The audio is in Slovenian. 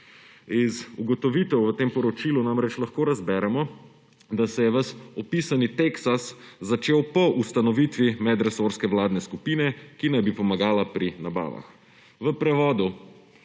Iz ugotovitev v tem poročilu namreč lahko razberemo, da se je ves opisani teksas začel po ustanovitvi medresorske vladne skupine, ki naj bi pomagala pri nabavah. V prevodu,